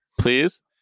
please